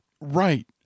Right